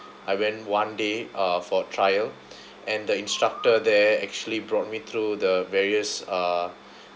I went one day uh for trial and the instructor there actually brought me through the various uh